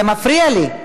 זה מפריע לי.